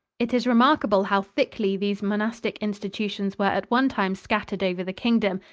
it is remarkable how thickly these monastic institutions were at one time scattered over the kingdom,